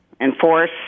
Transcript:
enforce